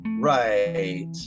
Right